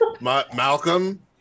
Malcolm